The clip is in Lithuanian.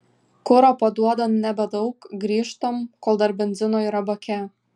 kuro paduoda nebedaug grįžtam kol dar benzino yra bake